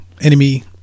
enemy